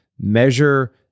measure